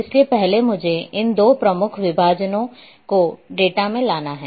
इसलिए पहले मुझे इन दो प्रमुख विभाजनों को डेटा में लाना है